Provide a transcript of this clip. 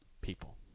people